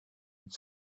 une